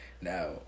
Now